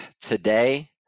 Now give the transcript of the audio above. today